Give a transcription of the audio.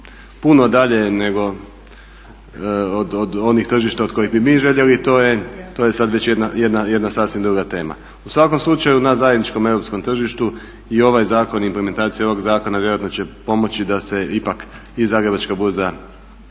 puno dalje nego od onih tržišta od kojih bi mi željeli to je sad već jedna sasvim druga tema. U svakom slučaju na zajedničkom europskom tržištu i ovaj zakon i implementacija ovog zakona vjerojatno će pomoći da se ipak i Zagrebačka burza